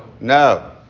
No